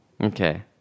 Okay